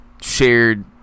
shared